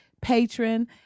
patron